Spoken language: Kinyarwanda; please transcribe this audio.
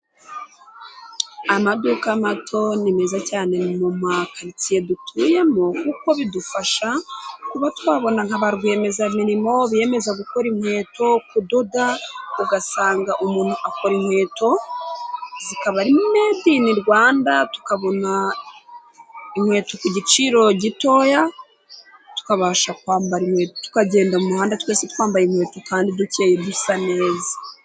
Amaduka mato ni meza cyane mu karitsiye dutuyemo kuko bidufasha kuba twabona nka ba rwiyemezamirimo, biyemeza gukora inkweto, kudoda, ugasanga umuntu akora inkweto zikaba ari medini Rwanda, tukabona inkweto ku giciro gitoya, tukabasha kwambara inkweto, tukagenda mu muhanda twese twambaye inkweto kandi dukeye dusa neza.